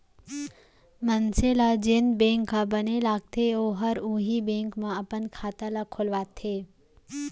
मनसे ल जेन बेंक ह बने लागथे ओहर उहीं बेंक म अपन खाता ल खोलवाथे